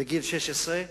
בגיל 16,